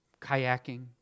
kayaking